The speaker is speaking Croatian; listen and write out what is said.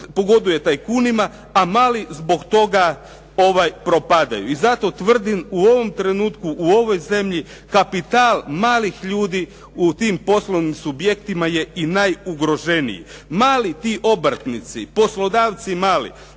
pogoduje tajkunima a mali zbog toga propadaju. I zato tvrdim u ovom trenutku u ovoj zemlji kapital malih ljudi u tim poslovnim subjektima je i najugroženiji. Mali ti obrtnici, poslodavci mali